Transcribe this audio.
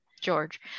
George